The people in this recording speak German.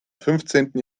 fünfzehnten